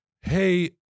hey